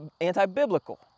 anti-biblical